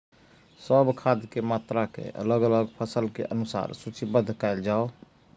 सब खाद के मात्रा के अलग अलग फसल के अनुसार सूचीबद्ध कायल जाओ?